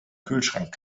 kühlschrank